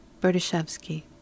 Berdyshevsky